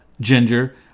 ginger